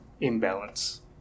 imbalance